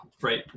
right